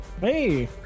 Hey